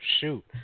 shoot